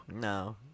No